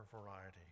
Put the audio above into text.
variety